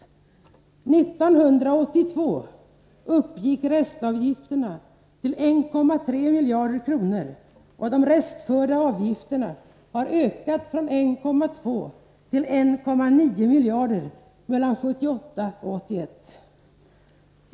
År 1982 uppgick restavgifterna till 1,3 miljarder kronor, och de restförda avgifterna har ökat från 1,2 till 1,9 miljarder åren 1978 och 1981.